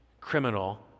criminal